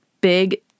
big